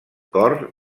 cor